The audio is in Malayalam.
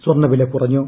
സ്വർണ്ണവില കുറഞ്ഞു